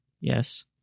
yes